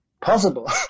possible